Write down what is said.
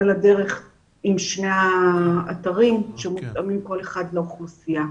לדרך עם שני האתרים שמותאמים כל אחד לאוכלוסייה.